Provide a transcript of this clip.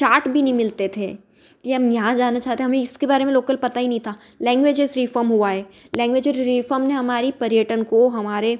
chart भी नहीं मिलते थे कि हम यहाँ जाना चाहते हैं हमें इसके बारे में लोकल पता ही नहीं था लैंग्वेजेस रिफॉर्म हुआ है लैंग्वेज रिफॉर्म ने हमारी पर्यटन को हमारे